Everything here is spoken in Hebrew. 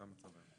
לא.